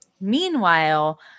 meanwhile